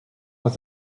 with